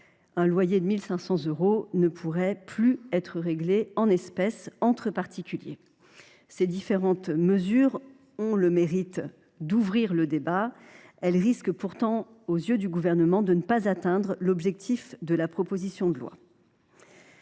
un loyer de 1 500 euros ne pourrait plus être réglé en espèces entre particuliers. Ces différentes mesures ont le mérite d’ouvrir le débat, mais elles risquent, selon nous, de ne pas atteindre l’objectif de la proposition de loi.